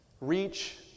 reach